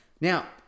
Now